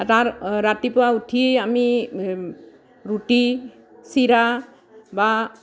তাৰ ৰাতিপুৱা উঠি আমি ৰুটী চিৰা বা